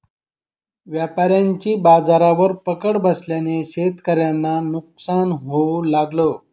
व्यापाऱ्यांची बाजारावर पकड बसल्याने शेतकऱ्यांना नुकसान होऊ लागलं